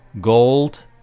gold